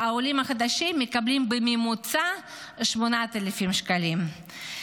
והעולים החדשים מקבלים בממוצע 8,000 שקלים,